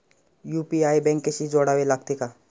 UPI बँकेशी जोडावे लागते का?